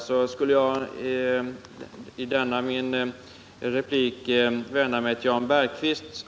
Jag skulle därför i detta inlägg vilja vända mig till Jan Bergqvist.